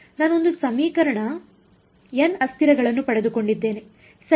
ನಾನು ಒಂದು ಸಮೀಕರಣ n ಅಸ್ಥಿರಗಳನ್ನು ಪಡೆದುಕೊಂಡಿದ್ದೇನೆ ಸರಿ